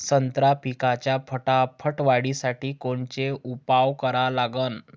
संत्रा पिकाच्या फटाफट वाढीसाठी कोनचे उपाव करा लागन?